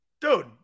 dude